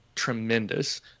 tremendous